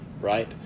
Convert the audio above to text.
right